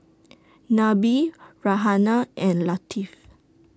Nabil Raihana and Latif